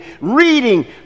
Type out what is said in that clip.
reading